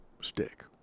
stick